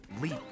leap